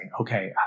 okay